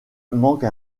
manque